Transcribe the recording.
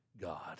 God